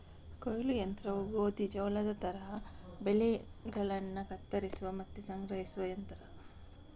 ಕೊಯ್ಲು ಯಂತ್ರವು ಗೋಧಿ, ಜೋಳದ ತರದ ಬೆಳೆಗಳನ್ನ ಕತ್ತರಿಸುವ ಮತ್ತೆ ಸಂಗ್ರಹಿಸುವ ಯಂತ್ರ